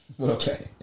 Okay